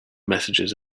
messages